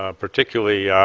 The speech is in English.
ah particularly